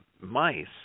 mice